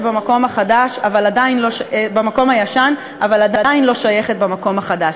במקום הישן אבל עדיין לא שייכת במקום החדש.